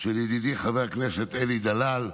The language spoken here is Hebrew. של ידידי חבר הכנסת אלי דלל,